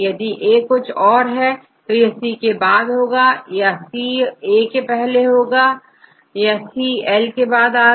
यदि यहA कुछ और हो जैसेL तो यह C के बाद होगा और यह C A होगा और यहां C Lके बाद होगा